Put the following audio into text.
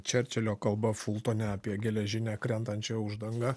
čerčilio kalba fultone apie geležinę krentančią uždangą